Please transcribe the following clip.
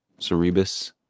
cerebus